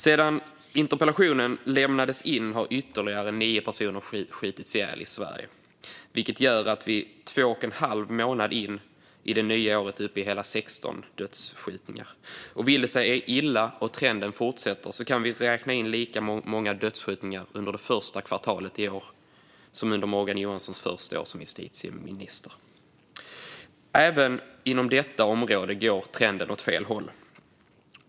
Sedan interpellationen lämnades in har ytterligare nio personer skjutits ihjäl i Sverige, vilket gör att vi två och en halv månad in i det nya året är uppe i hela 16 dödsskjutningar. Vill det sig illa och trenden fortsätter kan vi räkna in lika många dödsskjutningar under det första kvartalet i år som under Morgan Johanssons första år som justitieminister. Även inom detta område går trenden åt fel håll.